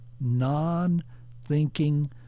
non-thinking